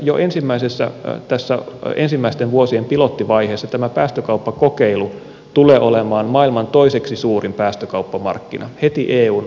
jo tässä ensimmäisten vuosien pilottivaiheessa tämä päästökauppakokeilu tulee olemaan maailman toiseksi suurin päästökauppamarkkina heti eun päästökaupan jälkeen